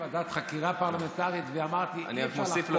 ועדת חקירה פרלמנטרית ואמרתי שאי-אפשר,